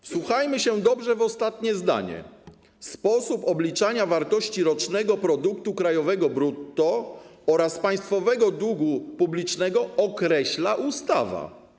Wsłuchajmy się dobrze w ostatnie zdanie: ˝Sposób obliczania wartości rocznego produktu krajowego brutto oraz państwowego długu publicznego określa ustawa˝